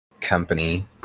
company